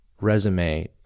resume